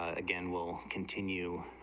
ah again will continue,